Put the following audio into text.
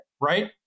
right